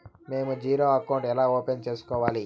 మేము zero account ఎలా open సేసుకోవాలి